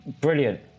brilliant